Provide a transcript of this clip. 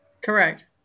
Correct